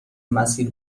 مسیر